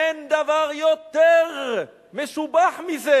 אין דבר יותר משובח מזה,